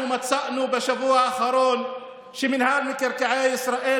אנחנו מצאנו בשבוע האחרון שרשות מקרקעי ישראל